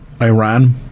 Iran